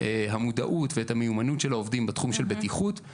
המודעות והמיומנות של העובדים בתחום של בטיחות,